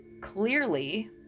clearly